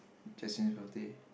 Justin's birthday